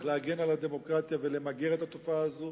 להגן על הדמוקרטיה ולמגר את התופעה הזו.